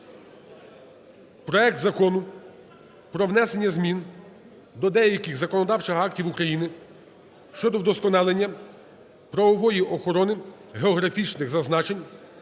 проект Закону про внесення змін до деяких законодавчих актів України щодо вдосконалення правової охорони географічних зазначень